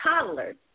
toddlers